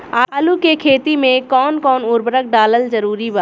आलू के खेती मे कौन कौन उर्वरक डालल जरूरी बा?